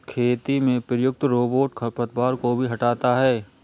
खेती में प्रयुक्त रोबोट खरपतवार को भी हँटाता है